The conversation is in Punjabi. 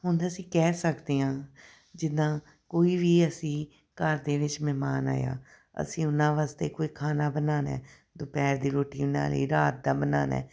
ਹੁਣ ਅਸੀਂ ਕਹਿ ਸਕਦੇ ਹਾਂ ਜਿੱਦਾਂ ਕੋਈ ਵੀ ਅਸੀਂ ਘਰ ਦੇ ਵਿੱਚ ਮਹਿਮਾਨ ਆਇਆ ਅਸੀਂ ਉਹਨਾਂ ਵਾਸਤੇ ਕੋਈ ਖਾਣਾ ਬਣਾਉਣਾ ਦੁਪਹਿਰ ਦੀ ਰੋਟੀ ਨਾਲੇ ਰਾਤ ਦਾ ਬਣਾਉਣਾ